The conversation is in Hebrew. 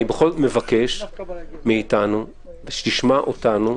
אני בכל זאת מבקש שתשמע אותנו.